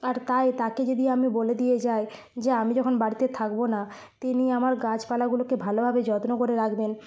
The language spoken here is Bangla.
আর তাই তাকে যদি আমি বলে দিয়ে যাই যে আমি যখন বাড়িতে থাকবো না তিনি আমার গাছপালাগুলোকে ভালোভাবে যত্ন করে রাখবেন